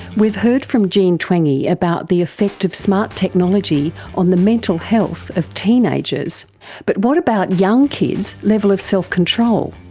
we've heard from jean twenge about the effect of smart technology on the mental health of teenagers but what about young kids' level of self-control?